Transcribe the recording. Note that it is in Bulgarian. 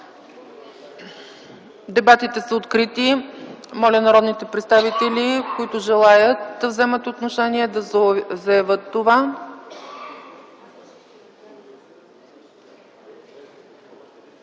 Дебатите са открити. Моля народните представители, които желаят да вземат отношение, да заявят това.